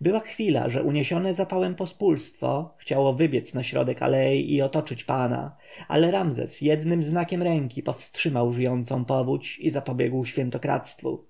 była chwila że uniesione zapałem pospólstwo chciało wybiec na środek alei i otoczyć pana ale ramzes jednym znakiem ręki powstrzymał żyjącą powódź i zapobiegł świętokradztwu